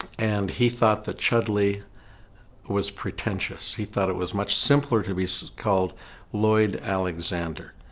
and he thought that chudley was pretentious he thought it was much simpler to be called lloyd alexander.